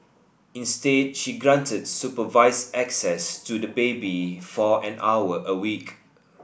instead she granted supervised access to the baby for an hour a week